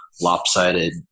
lopsided